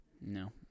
no